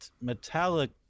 Metallic